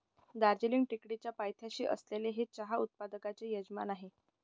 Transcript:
दार्जिलिंग टेकडीच्या पायथ्याशी असलेले हे चहा उत्पादकांचे यजमान आहे